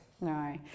No